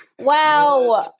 Wow